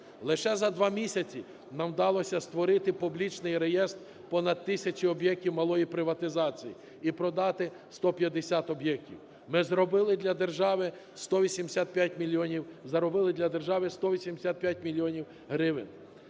Лише за два місяці нам вдалося створити публічний реєстр понад тисячі об'єктів малої приватизації і продати 150 об'єктів. Ми зробили для держави 185 мільйонів…